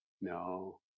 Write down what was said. No